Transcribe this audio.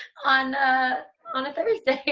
on ah on a thursday.